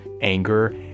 anger